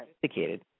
sophisticated